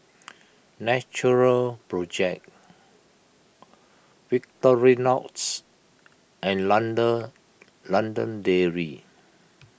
Natural Project Victorinoxs and London London Dairy